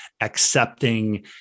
accepting